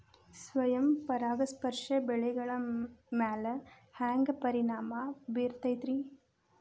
ಸ್ವಯಂ ಪರಾಗಸ್ಪರ್ಶ ಬೆಳೆಗಳ ಮ್ಯಾಲ ಹ್ಯಾಂಗ ಪರಿಣಾಮ ಬಿರ್ತೈತ್ರಿ?